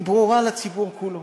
היא ברורה לציבור כולו.